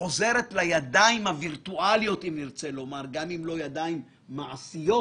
חוזרת לידיים הווירטואליות - גם אם לא ידיים מעשיות